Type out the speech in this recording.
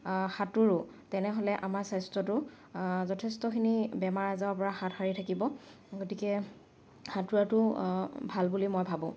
সাঁতোৰো তেনেহ'লে আমাৰ স্বাস্থ্যটো যথেষ্টখিনি বেমাৰ আজাৰৰ পৰা হাত সাৰি থাকিব গতিকে সাঁতোৰাটো ভাল বুলি মই ভাবোঁ